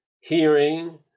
hearing